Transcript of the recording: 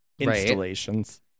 installations